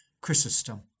Chrysostom